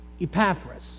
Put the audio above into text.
Epaphras